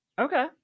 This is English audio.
Okay